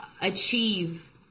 achieve